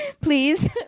Please